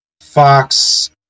Fox